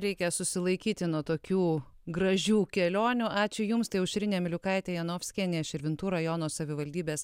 reikia susilaikyti nuo tokių gražių kelionių ačiū jums tai aušrinė miliukaitė janovskienė širvintų rajono savivaldybės